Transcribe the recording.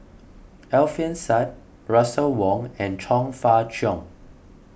Alfian Sa'At Russel Wong and Chong Fah Cheong